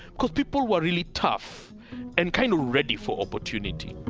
because people were really tough and kind of ready for opportunity